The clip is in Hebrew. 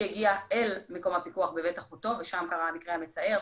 היא הגיעה אל מקום הפיקוח בבית אחותו ושם קרה במקרה המצער.